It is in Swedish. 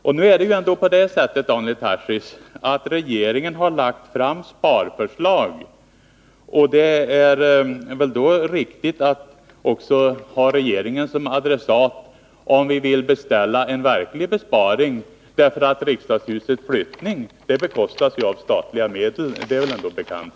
Regeringen har ändå, Daniel Tarschys, lagt fram ett sparförslag. Då är det riktigt att också ha regeringen som adressat om vi vill beställa en verklig besparing. Riksdagshusflyttningen bekostas ju av statliga medel — det är väl ändå bekant.